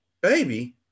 Baby